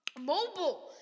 mobile